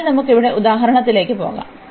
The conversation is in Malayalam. അതിനാൽ നമുക്ക് ഇവിടെ ഉദാഹരണത്തിലേക്ക് പോകാം